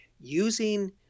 using